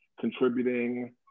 contributing